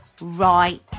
right